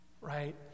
Right